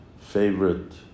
favorite